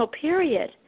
period